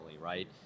right